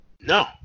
No